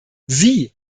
sie